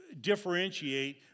differentiate